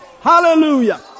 Hallelujah